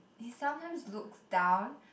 he sometimes looks down